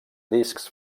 discs